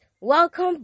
Welcome